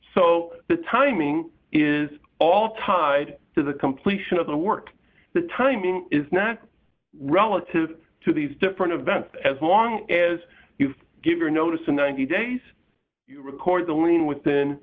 so the timing is all tied to the completion of the work the timing is not relative to these different events as long as you give your notice in ninety days you record the warning within